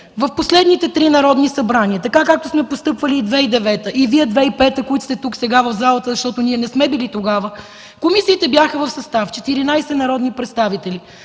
в последните три народни събрания – така, както сме постъпвали и 2009 г., и Вие 2005 г., които сте тук сега, в залата, защото ние не сме били тогава, комисиите бяха в състав 14 народни представители.